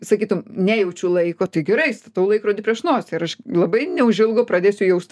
sakytum nejaučiau laiko tai gerai statau laikrodį prieš nosį ir aš labai neužilgo pradėsiu jaust